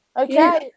Okay